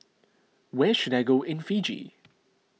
where should I go in Fiji